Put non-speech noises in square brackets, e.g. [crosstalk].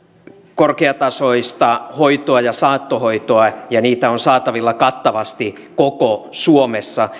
korkeatasoista hoitoa ja saattohoitoa ja niitä on saatavilla kattavasti koko suomessa [unintelligible]